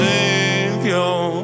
Savior